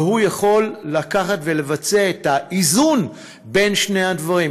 והוא יכול לקחת ולבצע את האיזון בין שני הדברים,